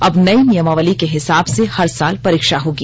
अब नयी नियमावली के हिसाब से हर साल परीक्षा होगी